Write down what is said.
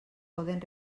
poden